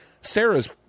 sarah's